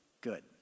good